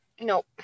Nope